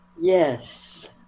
Yes